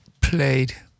played